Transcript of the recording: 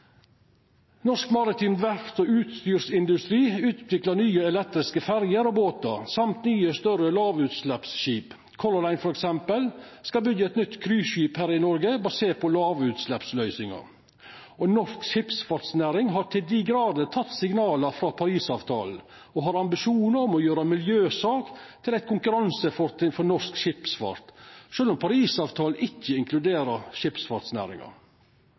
Norsk maritim verfts- og utstyrsindustri utviklar nye elektriske ferjer og båtar og nye, større lågutsleppsskip. Color Line, f.eks., skal byggja eit nytt cruiseskip her i Noreg basert på lågutsleppsløysingar. Norsk skipsfartsnæring har i høg grad teke signala frå Paris-avtalen og har ambisjonar om gjera miljøsak til eit konkurransefortrinn for norsk skipsfart, sjølv om Paris-avtalen ikkje inkluderer skipsfartsnæringa.